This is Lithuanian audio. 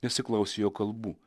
nesiklausė jo kalbų